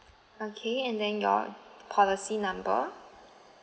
okay and then your policy number